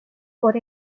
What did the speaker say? por